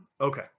Okay